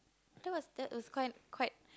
that was that was quite quite